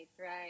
right